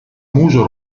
muso